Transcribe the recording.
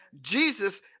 Jesus